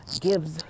gives